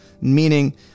meaning